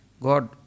God